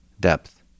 Depth